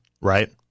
right